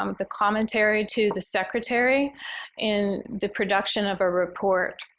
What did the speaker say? um the commentary to the secretary in the production of a report.